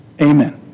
Amen